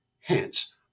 hence